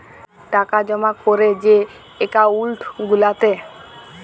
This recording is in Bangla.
টাকা জমা ক্যরে যে একাউল্ট গুলাতে